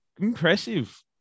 impressive